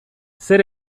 zer